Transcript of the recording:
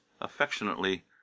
affectionately